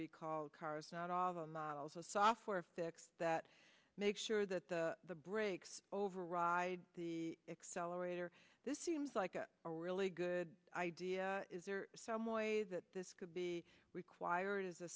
recalled cars not all the models of software fix that make sure that the the brakes override the excel operator this seems like a really good idea is there some way that this could be required